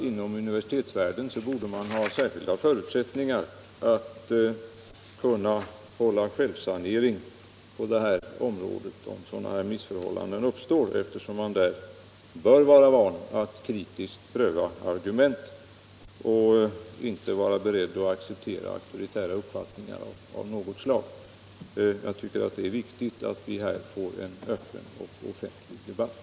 Inom universitetsvärlden borde det finnas särskilt stora förutsättningar för en självsanering på det här området om sådana missförhållanden uppstår, eftersom man där bör vara van vid att politiskt pröva argument och inte vara beredd att acceptera auktoritära uppfattningar av något slag. Jag tycker det är viktigt att vi här får en öppen och offentlig debatt.